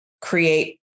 create